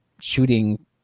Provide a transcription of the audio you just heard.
shooting